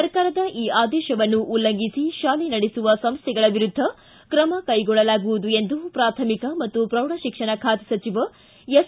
ಸರ್ಕಾರದ ಈ ಆದೇಶವನ್ನು ಉಲ್ಲಂಘಿಸಿ ಶಾಲೆ ನಡೆಸುವ ಸಂಸ್ಥೆಗಳ ವಿರುದ್ಧ ತ್ರಮ ಕೈಗೊಳ್ಳಲಾಗುವುದು ಎಂದು ಪ್ರಾಥಮಿಕ ಮತ್ತು ಪ್ರೌಢಶಿಕ್ಷಣ ಖಾತೆ ಸಚಿವ ಎಸ್